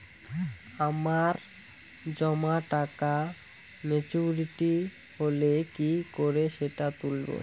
আমার জমা টাকা মেচুউরিটি হলে কি করে সেটা তুলব?